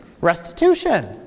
Restitution